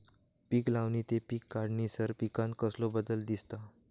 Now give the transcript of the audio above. पीक लावणी ते पीक काढीसर पिकांत कसलो बदल दिसता?